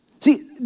See